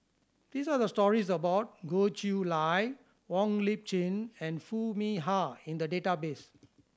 these are the stories about Goh Chiew Lye Wong Lip Chin and Foo Mee Har in the database